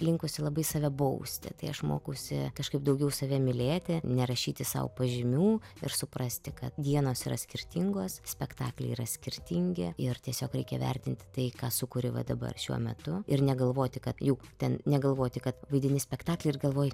linkusi labai save bausti tai aš mokausi kažkaip daugiau save mylėti nerašyti sau pažymių ir suprasti kad dienos yra skirtingos spektakliai yra skirtingi ir tiesiog reikia vertinti tai ką sukuri va dabar šiuo metu ir negalvoti kad jau ten negalvoti kad vaidini spektaklį ir galvoji